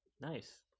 Nice